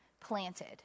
planted